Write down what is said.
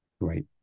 Great